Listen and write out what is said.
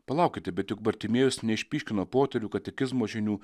palaukite bet juk bartimiejus neiišpyškino poterių katekizmo žinių